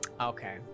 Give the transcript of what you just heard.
Okay